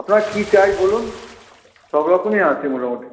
আপনার কী চাই বলুন সবরকমই আছে মোটামুটি